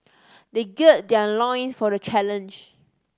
they gird their loins for the challenge